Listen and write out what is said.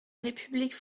république